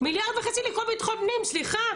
מיליארד וחצי לכל ביטחון פנים, סליחה.